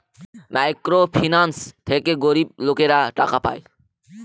micro finance থেকে গরিব লোকেরা টাকা পায়